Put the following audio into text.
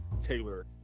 taylor